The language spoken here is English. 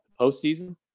postseason